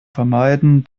vermeiden